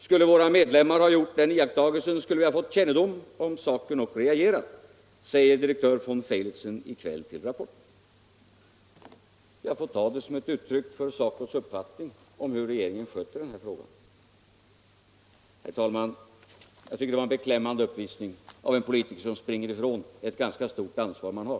Skulle våra medlemmar ha gjort den iakttagelsen skulle vi ha fått kännedom om saken och reagerat.” Jag får ta det som ett uttryck för SACO:s uppfattning om hur regeringen sköter den här frågan. Herr talman! Jag tycker det var en beklämmande uppvisning av en politiker som springer ifrån det ganska stora ansvar han har.